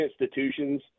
institutions